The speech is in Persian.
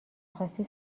خواستی